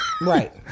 right